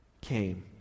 came